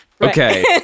okay